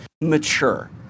mature